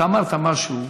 אתה אמרת משהו,